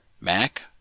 Mac